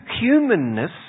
humanness